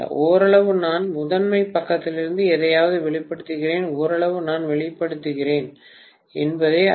ஓரளவு நான் முதன்மை பக்கத்திலிருந்து எதையாவது வெளிப்படுத்துகிறேன் ஓரளவு நான் வெளிப்படுத்துகிறேன் இரண்டாம் பக்கத்திலிருந்து ஏதோ